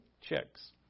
chicks